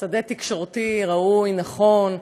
שדה תקשורתי ראוי, נכון,